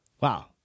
wow